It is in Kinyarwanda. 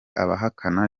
abahakana